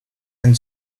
and